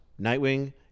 Nightwing